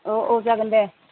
औ औ जागोन दे